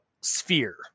sphere